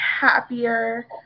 happier